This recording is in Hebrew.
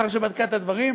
לאחר שבדקה את הדברים,